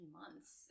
Months